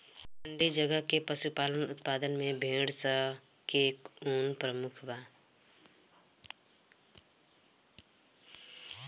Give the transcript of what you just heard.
ठंडी जगह के पशुपालन उत्पाद में भेड़ स के ऊन प्रमुख बा